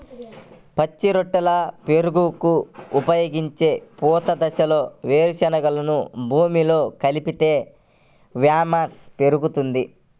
పచ్చి రొట్టెల పైరుగా ఉపయోగించే పూత దశలో వేరుశెనగను భూమిలో కలిపితే హ్యూమస్ పెరుగుతుందా?